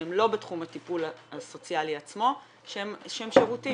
שהם לא בתחום הטיפול הסוציאלי עצמו, שהם שירותים